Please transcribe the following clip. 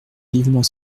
vivement